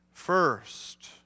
First